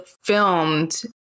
filmed